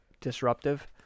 disruptive